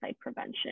prevention